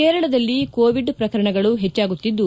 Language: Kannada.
ಕೇರಳದಲ್ಲಿ ಕೋವಿಡ್ ಪ್ರಕರಣಗಳು ಹೆಚ್ಚಾಗುತ್ತಿದ್ದು